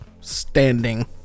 standing